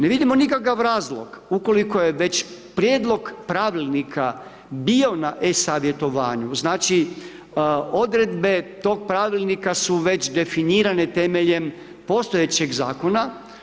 Ne vidimo nikakav zakon, ukoliko je već prijedlog pravilnika bio na e-savjetovanju, znači, odredbe tog pravilnika su već definirane temeljem postojećeg zakona.